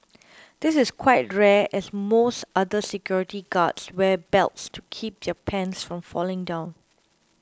this is quite rare as most other security guards wear belts to keep their pants from falling down